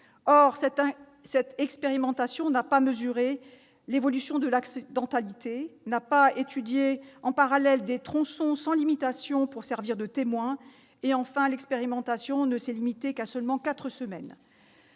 Or l'expérimentation n'a pas mesuré l'évolution de l'accidentalité, n'a pas étudié en parallèle des tronçons sans limitation pour servir de témoins. En outre, elle s'est limitée à seulement quatre semaines.